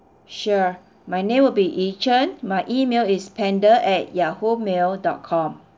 sure my name will be yi chen my email is panda at Yahoo mail dot com